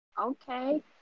okay